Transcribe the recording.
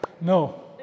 No